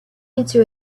into